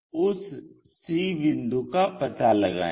तो उस C बिंदु का पता लगाएं